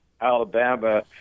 Alabama